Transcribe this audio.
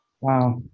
Wow